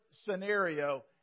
scenario